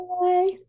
Bye